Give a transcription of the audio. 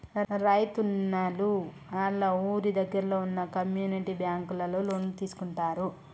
రైతున్నలు ఆళ్ళ ఊరి దగ్గరలో వున్న కమ్యూనిటీ బ్యాంకులలో లోన్లు తీసుకుంటారు